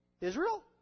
Israel